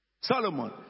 Solomon